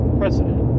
precedent